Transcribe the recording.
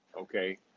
Okay